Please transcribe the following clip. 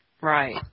Right